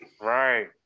right